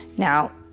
Now